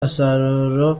umusaruro